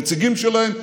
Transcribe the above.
נציגים שלהן,